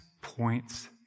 points